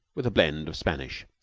with a blend of spanish.